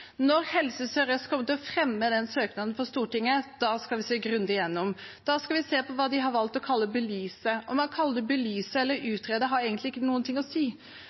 Når Helse Sør-Øst kommer til å fremme den søknaden for Stortinget, da skal vi se grundig igjennom det, da skal vi se på hva de har valgt å kalle «belyse». Om man kaller det belyse eller utrede, har egentlig ikke noe å si.